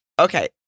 Okay